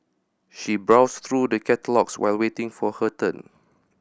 she browsed through the catalogues while waiting for her turn